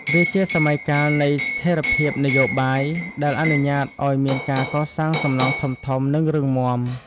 វាជាសម័យកាលនៃស្ថិរភាពនយោបាយ ដែលអនុញ្ញាតឱ្យមានការកសាងសំណង់ធំៗ និងរឹងមាំ។